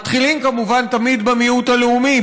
מתחילים כמובן תמיד במיעוט הלאומי,